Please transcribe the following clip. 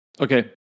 Okay